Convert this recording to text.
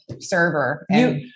server